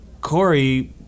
Corey